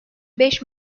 beş